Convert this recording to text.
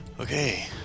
Okay